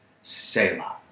Selah